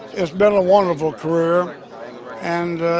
its been a wonderful career and